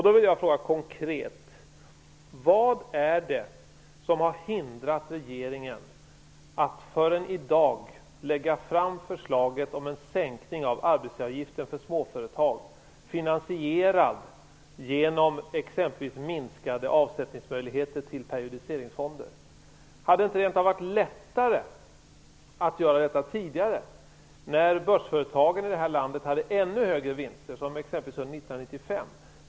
Då vill jag fråga konkret: Vad är det som har hindrat regeringen från att tidigare än i dag lägga fram förslaget om en sänkning av arbetsgivaravgiften för småföretag, finansierad genom exempelvis minskade avsättningsmöjligheter till periodiseringsfonder? Hade det inte rent av varit lättare att göra detta tidigare, när börsföretagen i det här landet hade ännu högre vinster, som exempelvis 1995?